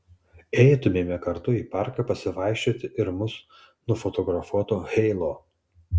eitumėme kartu į parką pasivaikščioti ir mus nufotografuotų heilo